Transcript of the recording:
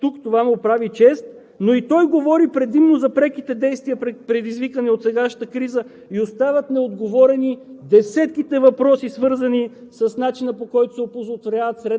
Министърът на икономиката остана тук – това му прави чест, но и той говори предимно за преките действия, предизвикани от сегашната криза и остават неотговорени